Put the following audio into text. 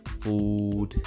food